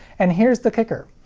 and here's the kicker.